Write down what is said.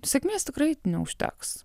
sėkmės tikrai neužteks